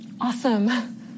Awesome